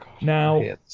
Now